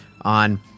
on